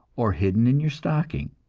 or hidden in your stocking.